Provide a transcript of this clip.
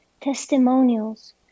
testimonials